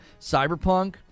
Cyberpunk